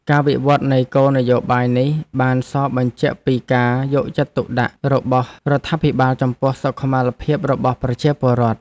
ការវិវត្តនៃគោលនយោបាយនេះបានសបញ្ជាក់ពីការយកចិត្តទុកដាក់របស់រដ្ឋាភិបាលចំពោះសុខុមាលភាពរបស់ប្រជាពលរដ្ឋ។